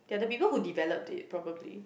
they are the people who develop it probably